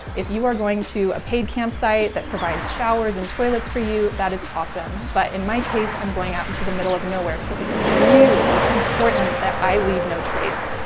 if you are going to a paid campsite that provides showers and toilets for you, that is awesome. but in my case, i'm going out into the middle of nowhere. so it's really important that i leave no trace.